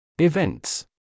Events